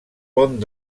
pont